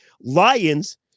Lions